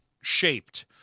shaped